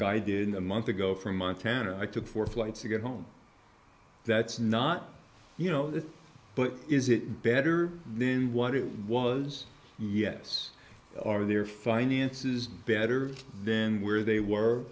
guy did a month ago from montana i took four flights to get home that's not you know that but is it better then what it was yes are their finances better then where they were